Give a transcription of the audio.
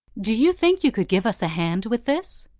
do you think you could give us a hand with this?